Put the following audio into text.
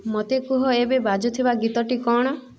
ମୋତେ କୁହ ଏବେ ବାଜୁଥିବା ଗୀତଟି କ'ଣ